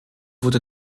wurde